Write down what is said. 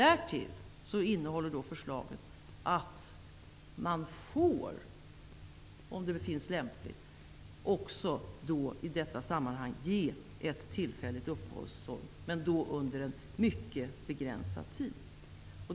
Därtill innehåller förslaget att man, om det befinnes lämpligt, i detta sammanhang får ge ett tillfälligt uppehållstillstånd, men under en mycket begränsad tid.